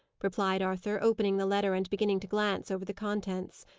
replied arthur, opening the letter and beginning to glance over the contents.